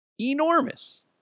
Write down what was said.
Enormous